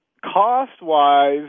Cost-wise